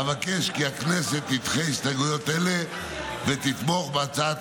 אבקש כי הכנסת תדחה הסתייגויות אלה ותתמוך בהצעת